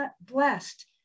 blessed